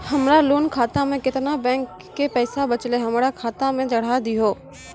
हमरा लोन खाता मे केतना बैंक के पैसा बचलै हमरा खाता मे चढ़ाय दिहो?